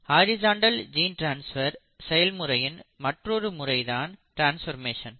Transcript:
horizontal gene transfer செயல்முறையின் மற்றொரு முறை டிரான்ஸ்பர்மேஷன்